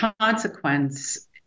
consequence